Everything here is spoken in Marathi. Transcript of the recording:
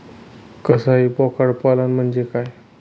कसाई बोकड पालन म्हणजे काय?